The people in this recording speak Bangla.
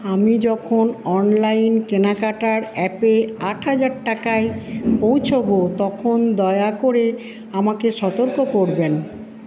আমি যখন অনলাইন কেনাকাটার অ্যাপে আট হাজার টাকায় পৌঁছোবো তখন দয়া করে আমাকে সতর্ক করবেন